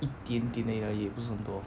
一点点而已啦也不是很多